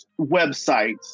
websites